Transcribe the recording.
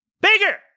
Bigger